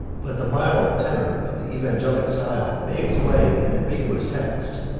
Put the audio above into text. but the mild tenor of the evangelic style may explain an ambiguous text,